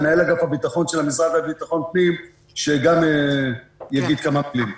מנהל אגף הביטחון של המשרד לביטחון פנים שגם יגיד כמה מילים.